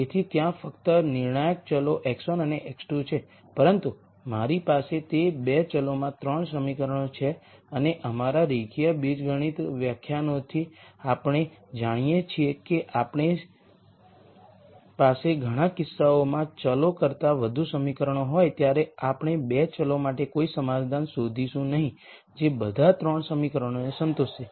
તેથી ત્યાં ફક્ત નિર્ણાયક ચલો x1 અને x2 છે પરંતુ મારી પાસે તે 2 ચલોમાં 3 સમીકરણો છે અને અમારા રેખીય બીજગણિત વ્યાખ્યાનોથી આપણે જાણીએ છીએ કે જ્યારે આપણી પાસે ઘણા કિસ્સાઓમાં ચલો કરતા વધુ સમીકરણો હોય ત્યારે આપણે 2 ચલો માટે કોઈ સમાધાન શોધીશું નહીં જે બધા 3 સમીકરણોને સંતોષશે